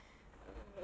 uh